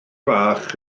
fach